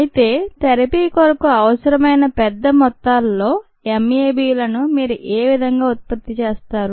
అయితే థెరపీ కొరకు అవసరమైన పెద్ద మొత్తాలలో MAb ని మీర ఏవిధంగా ఉత్పత్తి చేస్తారు